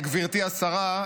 גברתי השרה,